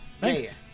Thanks